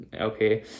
okay